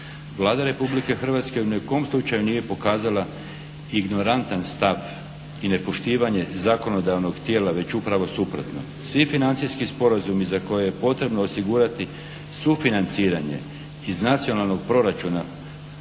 Vlada Republike Hrvatske ni u kom slučaju nije pokazala ignorantan stav i nepoštivanje zakonodavnog tijela već upravo suprotno. Svi financijski sporazumi za koje je potrebno osigurati sufinanciranje iz nacionalnog proračuna